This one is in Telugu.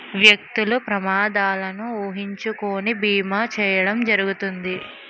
వ్యక్తులు ప్రమాదాలను ఊహించుకొని బీమా చేయడం జరుగుతుంది